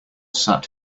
sat